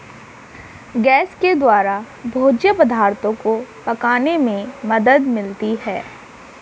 gas के द्वारा भोज्य पदार्थो को पकाने में मदद मिलती है